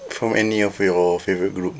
from any of your favourite group